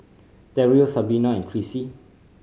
Terrill Sabina Krissy